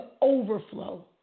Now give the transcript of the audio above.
overflow